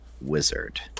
wizard